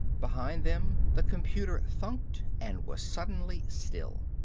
behind them the computer thunked and was suddenly still.